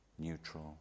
neutral